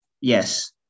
Yes